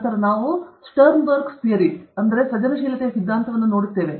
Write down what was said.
ನಂತರ ನಾವು ಸ್ಟರ್ನ್ಬರ್ಗ್ರ Sternbergs theory ಸೃಜನಶೀಲತೆಯ ಸಿದ್ಧಾಂತವನ್ನು ನೋಡುತ್ತೇವೆ